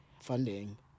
funding